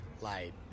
light